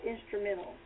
instrumental